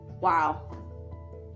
wow